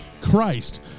Christ